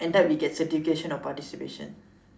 end up we get certification of participation